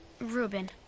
Reuben